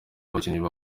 n’abakinnyi